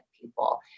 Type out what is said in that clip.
people